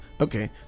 Okay